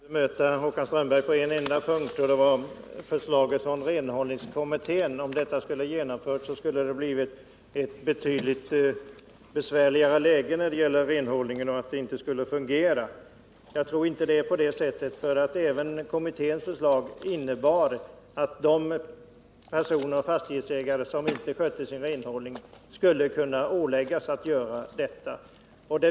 Herr talman! Jag skall bara bemöta Håkan Strömberg på en enda punkt. Det gäller förslaget från renhållningskommittén. Om detta hade genomförts, skulle det enligt Håkan Strömberg ha blivit ett betydligt besvärligare läge när det gäller renhållningen. Det hade funnits risk för att den inte skulle ha fungerat. Jag tror inte att det är på det sättet. Även kommitténs förslag innebär att de fastighetsägare som inte skötte sin renhållning skulle kunna åläggas att göra detta.